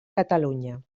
catalunya